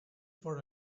for